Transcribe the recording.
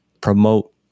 promote